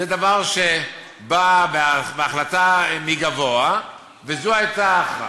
זה דבר שבא בהחלטה מגבוה, וזו הייתה ההכרעה.